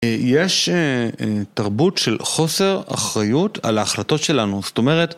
אה, יש אה... אה, תרבות של חוסר אחריות על ההחלטות שלנו, זאת אומרת...